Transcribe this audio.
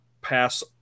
pass